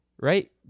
Right